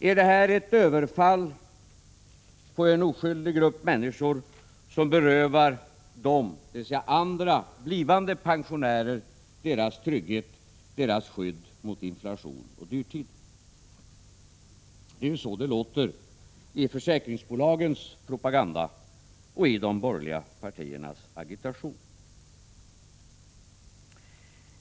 Är detta ett överfall på en oskyldig grupp människor som berövar dem, dvs. andra blivande pensionärer, deras trygghet och deras skydd mot inflation och dyrtid? Det är ju så det låter i försäkringsbolagens propaganda och i de borgerliga partiernas agitation.